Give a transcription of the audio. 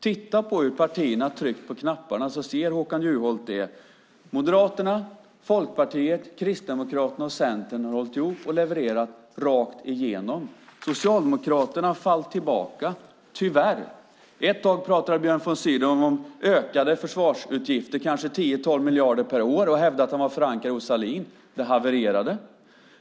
Titta på hur partierna har tryckt på knapparna så ser Håkan Juholt det! Moderaterna, Folkpartiet, Kristdemokraterna och Centern har hållit ihop och levererat rakt igenom. Socialdemokraterna har fallit tillbaka, tyvärr. Ett tag pratade Björn von Sydow om ökade försvarsutgifter, kanske 10-12 miljarder per år, och hävdade att han hade förankrat det hos Sahlin. Det havererade.